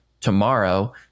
tomorrow